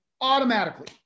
automatically